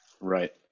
right